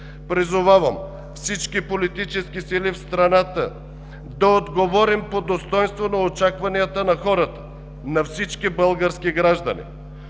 призовавам всички политически сили в страната да отговорим по достойнство на очакванията на хората, на всички български граждани.